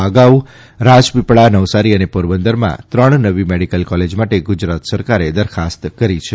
અ અગાઉ રાજપીપળા નવસારી અને પોરબંદરમાં ત્રણ નવી મેડીકલ કોલેજ માટે ગુજરાત સરકારે દરખાસ્ત કરી છે